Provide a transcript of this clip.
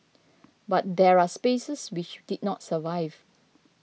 but there are spaces which did not survive